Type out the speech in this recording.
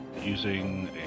Using